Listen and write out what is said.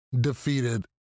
defeated